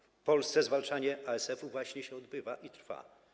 W Polsce zwalczanie ASF-u właśnie się odbywa i trwa.